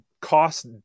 cost